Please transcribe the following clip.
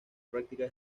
práctica